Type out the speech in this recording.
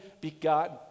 begotten